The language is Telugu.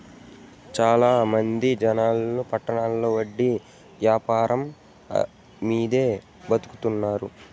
చాలా మంది జనాలు పట్టణాల్లో వడ్డీ యాపారం మీదే బతుకుతున్నారు